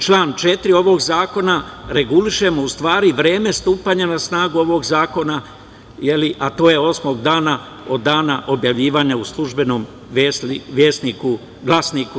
Članom 4. ovog zakona, regulišemo u stvari, vreme stupanja na snagu ovog zakona, a to je osmog dana od dana objavljivanja u „Službenom glasniku RS“